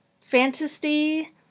fantasy